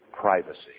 privacy